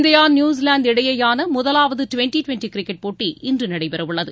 India New Zealand இடையேயான முதலாவது twenty twenty cricket போட்டி இன்று நடைபெறவுள்ளது